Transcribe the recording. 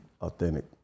authentic